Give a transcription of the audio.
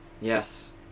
yes